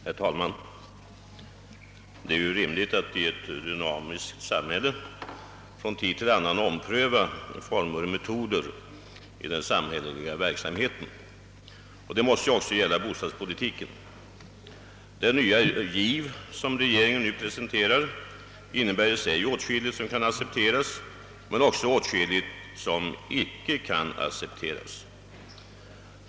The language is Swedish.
Herr talman! Det är rimligt att i ett dynamiskt samhälle från tid till annan ompröva former och metoder i den samhälleliga verksamheten. Detta måste också gälla bostadspolitiken. Den nya giv som regeringen nu presenterar innebär i sig åtskilligt som kan accepteras men också åtskilligt som icke kan accepteras.